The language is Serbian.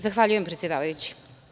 Zahvaljujem, predsedavajući.